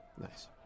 nice